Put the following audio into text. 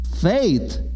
Faith